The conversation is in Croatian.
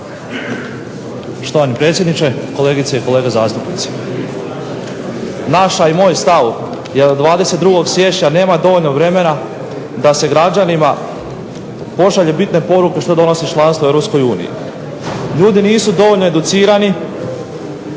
Štovani predsjedniče, kolegice i kolege zastupnici. Naš, a i moj stav jer do 22. siječnja nema dovoljno vremena da se građanima pošalje bitne poruke što donosi članstvo u Europskoj uniji. Ljudi nisu dovoljno educirani,